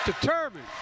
Determined